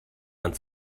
man